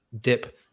dip